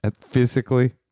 physically